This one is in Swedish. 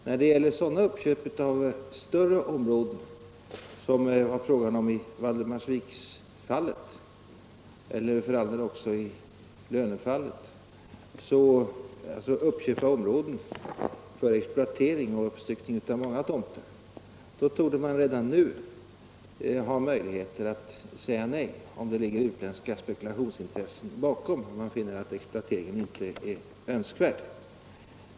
När det gäller uppköp av större områden, som det var fråga om i Valdemarsviksfallet och för all del också i Lönöfallet, dvs. uppköp av områden för exploatering och avstyckning av många tomter, torde man redan nu ha möjlighet att säga nej, om det ligger utländska spekulationsintressen bakom och man finner att exploateringen icke är önskvärd.